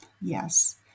yes